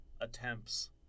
attempts